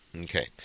Okay